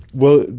well,